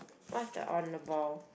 what's the on the ball